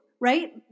right